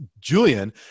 julian